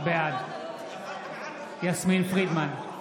בעד יסמין פרידמן,